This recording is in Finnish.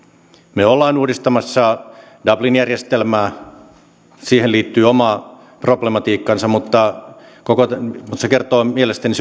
me olemme uudistamassa dublin järjestelmää siihen liittyy oma problematiikkansa mutta se otsikko kertoo mielestäni